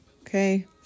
okay